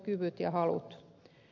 kyvyt ja halut